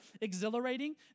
exhilarating